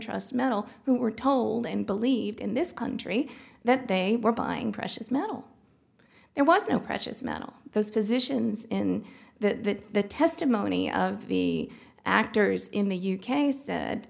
trust metal who were told and believed in this country that they were buying precious metal there was no precious metal those positions in that the testimony of the actors in the u k said